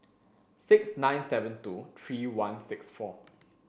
six nine seven two three one six four